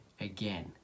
again